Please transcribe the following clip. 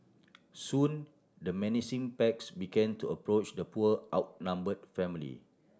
soon the menacing packs begin to approach the poor outnumbered family